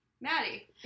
Maddie